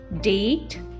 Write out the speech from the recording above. date